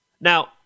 Now